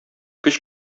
көч